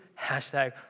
hashtag